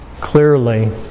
clearly